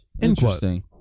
Interesting